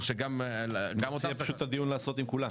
שגם --- צריך לעשות פשוט את הדיון עם כולם.